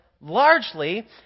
largely